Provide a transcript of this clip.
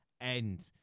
End